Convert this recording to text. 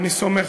ואני סומך,